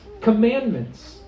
commandments